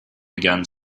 began